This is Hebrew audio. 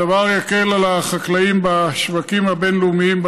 הדבר יקל על החקלאים את התחרות שלהם בשווקים הבין-לאומיים.